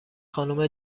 خانم